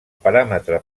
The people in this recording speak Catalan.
paràmetre